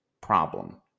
problem